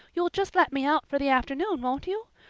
you'll just let me out for the afternoon, won't you?